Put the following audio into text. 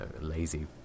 lazy